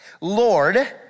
Lord